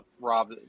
Rob